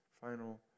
final